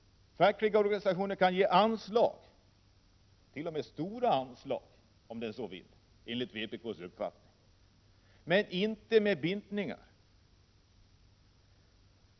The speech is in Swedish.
Fackliga organisationer kan enligt vpk:s uppfattning ge anslag, t.o.m. stora anslag, om de så vill men inte med bindningar.